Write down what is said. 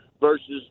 versus –